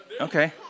Okay